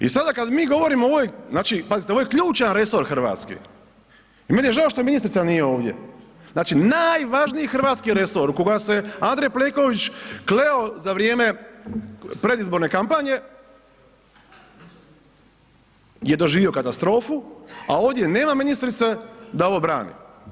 I sada kad mi govorimo o ovoj, znači pazite ovo je ključan resor Hrvatske i meni je žao što ministrica nije ovdje, znači najvažniji hrvatski resor u koga se Andrej Plenković kleo za vrijeme predizborne kampanje je doživio katastrofu, a ovdje nema ministrice da ovo brani.